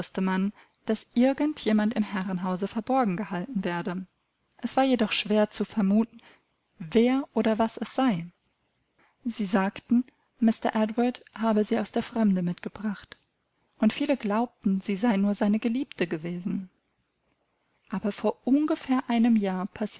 daß irgend jemand im herrenhause verborgen gehalten werde es war jedoch schwer zu vermuten wer oder was es sei sie sagten mr edward habe sie aus der fremde mitgebracht und viele glaubten sie sei nur seine geliebte gewesen aber vor ungefähr einem jahre